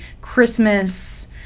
christmas